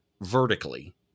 vertically